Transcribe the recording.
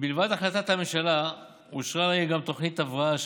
מלבד החלטת הממשלה אושרה גם תוכנית הבראה,